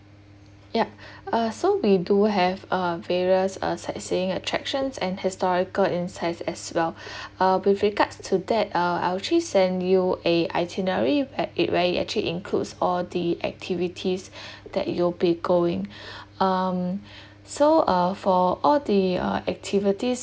yup uh so we do have uh various uh sightseeing attractions and historical insights as well uh with regards to that uh I'll actually send you a itinerary where it where it actually includes all the activities that you'll be going um so uh for all the uh activities